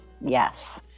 Yes